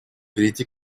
перейти